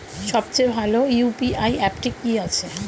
সবচেয়ে ভালো ইউ.পি.আই অ্যাপটি কি আছে?